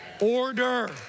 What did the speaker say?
Order